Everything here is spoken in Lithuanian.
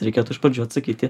reikėtų iš pradžių atsakyti